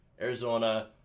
Arizona